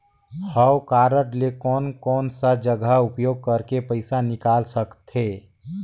हव कारड ले कोन कोन सा जगह उपयोग करेके पइसा निकाल सकथे?